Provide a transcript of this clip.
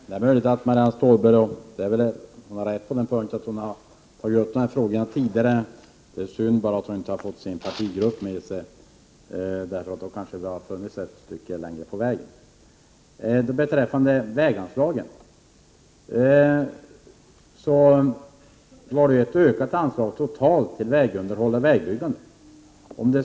Herr talman! Marianne Stålberg har kanske rätt i att hon har tagit upp den här frågan tidigare. Det är bara synd att hon inte har fått sin partigrupp med sig, för då hade vi kanske nått ett stycke längre i den här frågan. Centerns inställning till väganslagen innebar ju ett totalt sett ökat anslag till vägunderhåll och vägbyggande.